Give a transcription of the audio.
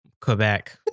Quebec